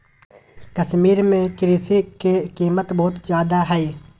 कश्मीर में कृषि भूमि के कीमत बहुत ज्यादा हइ